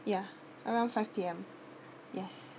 ya around five_P M yes